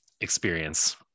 experience